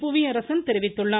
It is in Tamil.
புவியரசன் தெரிவித்துள்ளார்